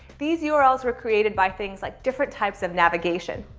these yeah urls were created by things like different types of navigation.